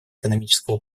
экономического